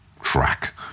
track